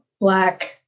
black